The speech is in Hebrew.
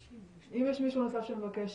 אם יש מישהו נוסף שמבקש